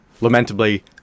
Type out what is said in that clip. Lamentably